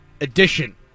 edition